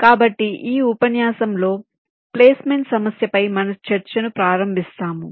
కాబట్టి ఈ ఉపన్యాసంలో ప్లేస్మెంట్ సమస్యపై మన చర్చను ప్రారంభిస్తాము